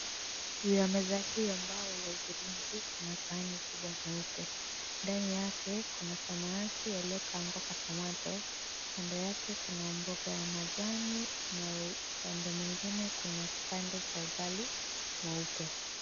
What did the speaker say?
Juu ya meza hii ya mbao ya hudhurungi, kuna sahani kubwa nyeupe. Ndani yake kuna samaki aliyekaangwa kwa tomato , kando yake kuna mboga ya majani na upande mwingine kuna kipande cha ugali mweupe.